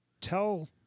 tell